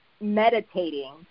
meditating